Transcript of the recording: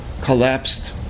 collapsed